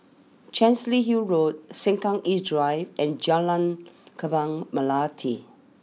Chancery Hill Road Sengkang East Drive and Jalan Kembang Melati